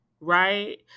right